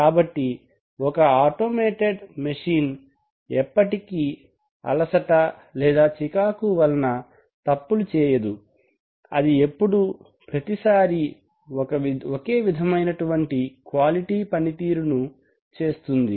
కాబట్టి ఒక automated machine ఎప్పటికీ అలసటచికాకు వలన తప్పులు చేయదు అది ఎప్పుడూ ప్రతి సారీ ఒకే విధమైన క్వాలిటి పనితీరు చేస్తుంది